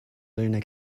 lunar